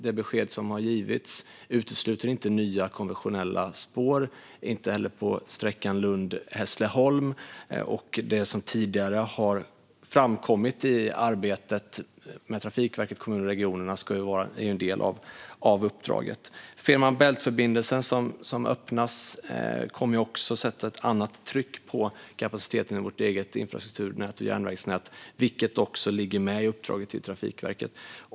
De besked som har givits utesluter inte nya konventionella spår - inte heller på sträckan Lund-Hässleholm - och det som tidigare har framkommit i arbetet med Trafikverket, kommunerna och regionerna är del av uppdraget. När Fehmarn Bält-förbindelsen öppnas blir det mer tryck på kapaciteten i vårt eget infrastruktur och järnvägsnät. Det finns med i uppdraget till Trafikverket.